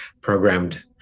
programmed